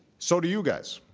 so do you guys.